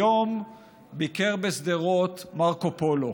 היום ביקר בשדרות מרקו פולו,